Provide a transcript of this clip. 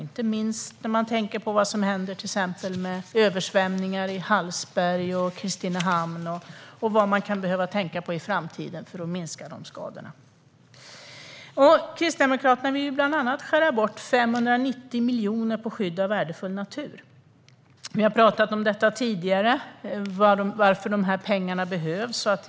Det gäller inte minst översvämningar i till exempel Hallsberg och Kristinehamn och vad man kan behöva tänka på i framtiden för att minska sådana skador. Kristdemokraterna vill bland annat skära bort 590 miljoner på skydd av värdefull natur. Vi har tidigare pratat om varför dessa pengar behövs.